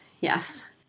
yes